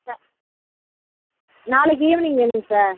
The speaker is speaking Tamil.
சார் நாளைக்கு ஈவ்னிங் வேணும் சார்